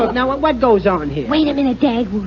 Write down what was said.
know what? what goes on here? wait a minute, dad.